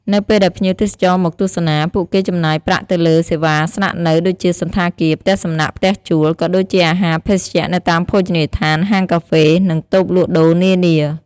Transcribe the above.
នៅពេលដែលភ្ញៀវទេសចរមកទស្សនា ពួកគេចំណាយប្រាក់ទៅលើសេវាស្នាក់នៅដូចជាសណ្ឋាគារ ផ្ទះសំណាក់ ផ្ទះជួល ក៏ដូចជាអាហារភេសជ្ជៈនៅតាមភោជនីយដ្ឋាន ហាងកាហ្វេ និងតូបលក់ដូរនានា។